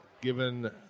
given